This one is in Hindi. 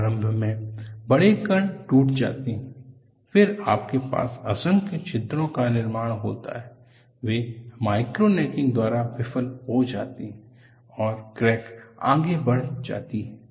प्रारंभ में बड़े कण टूट जाते हैं फिर आपके पास असंख्य छिद्रों का निर्माण होता है वे माइक्रो नेकिंग द्वारा विफल हो जाते हैं और क्रैक आगे बढ़ जाती है